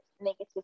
negative